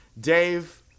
Dave